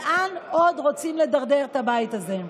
לאן עוד רוצים לדרדר את הבית הזה?